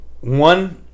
One